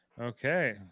okay